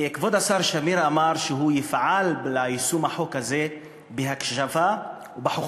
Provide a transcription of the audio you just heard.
כבוד השר שמיר אמר שהוא יפעל ליישום החוק הזה בהקשבה ובחוכמה.